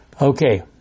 Okay